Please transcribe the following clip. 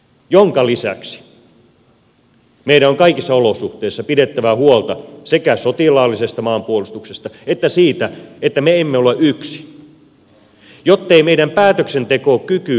tämän lisäksi meidän on kaikissa olosuhteissa pidettävä huolta sekä sotilaallisesta maanpuolustuksesta että siitä että me emme ole yksin jottei meidän päätöksentekokykyämme kyseenalaisteta